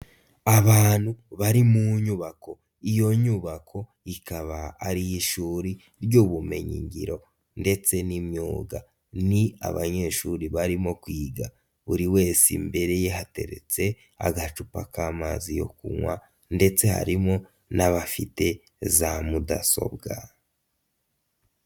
Abantu bari mu nyubako, iyo nyubako ikaba ari iy'ishuri ry'ubumenyinyingiro ndetse n'imyuga, ni abanyeshuri barimo kwiga, buri wese imbere ye hateretse agacupa k'amazi yo kunywa ndetse harimo n'abafite za mudasobwa.